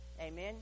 amen